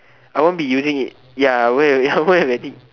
I won't be using it ya wait already how many already